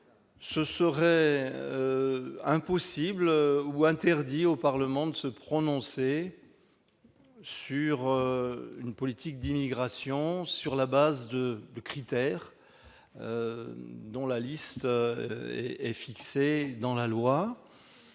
il serait interdit au Parlement de se prononcer sur la politique d'immigration, sur la base de critères dont la liste est fixée dans la loi.